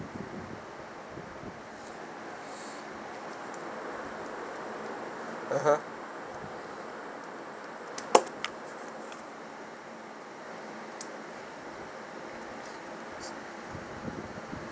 (uh huh)